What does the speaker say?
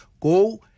go